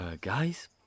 guys